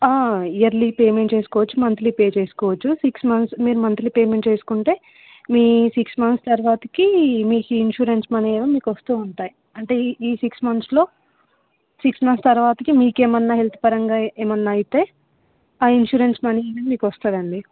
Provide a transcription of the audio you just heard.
yearly payment చేసుకోవచ్చు monthly pay చేసుకోవచ్చు six months మీరు మంత్లీ పేమెంట్ చేసుకుంటే మీ సిక్స్ మంత్స్ తర్వత మీకు ఈ ఇన్సూరెన్స్ మనీ అనేవి మీకు వస్తు ఉంటాయి అంటే ఈ ఈ సిక్స్ మంత్స్లో సిక్స్ మంత్స్ తర్వత మీకు ఏమన్న హెల్త్ పరంగా ఏ ఏమన్న అయితే ఆ ఇన్సూరెన్స్ మనీ అనేది మీకు వస్తుంది అండి